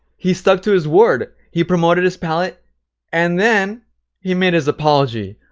he stuck to his word. he promoted his palette and then he made his apology.